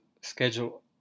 schedule